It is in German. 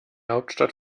hauptstadt